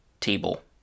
Table